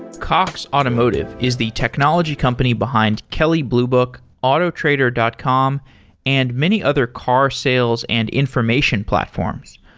cox automotive is the technology company behind kelly blue book, autotrader dot com and many other car sales and information platforms.